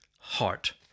heart